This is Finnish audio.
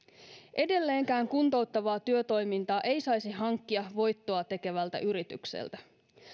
edelleenkään kuntouttavaa työtoimintaa ei saisi hankkia voittoa tekevältä yritykseltä